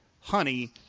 honey